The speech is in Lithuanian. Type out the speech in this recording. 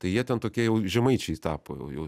tai jie ten tokie jau žemaičiai tapo jau jau